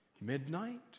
midnight